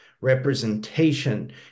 Representation